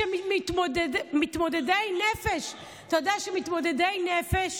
ומתמודדי נפש, אתה יודע שמתמודדי נפש,